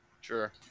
Sure